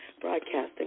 broadcasting